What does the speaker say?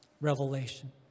revelation